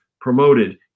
promoted